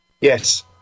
yes